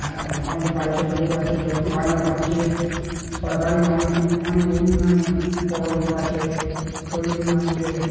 হ্যাঁ আমাদের বাড়িতে বউ আছে লক্ষ্মীর ভান্ডার পাচ্ছে সরকারি অনেক অনেক উন্নয়নে প্র প্রকল্প আছে গরীব মানুষদের